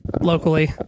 locally